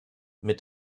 mit